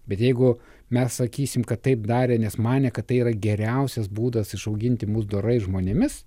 bet jeigu mes sakysim kad taip darė nes manė kad tai yra geriausias būdas išauginti mus dorais žmonėmis